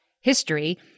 history